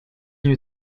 new